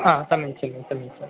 समीचीनं समीचीनं